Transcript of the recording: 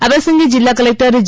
આ પ્રસંગે જિલ્લા કલેક્ટર જે